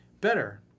better